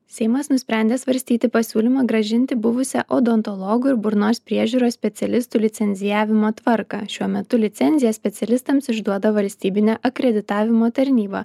seimas nusprendė svarstyti pasiūlymą grąžinti buvusią odontologų ir burnos priežiūros specialistų licencijavimo tvarką šiuo metu licenziją specialistams išduoda valstybinė akreditavimo tarnyba